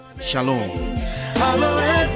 Shalom